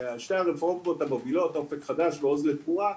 שתי הרפורמות המובילות אופק חדש ועוז ותמורה,